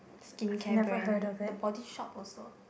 skincare brand the body shop also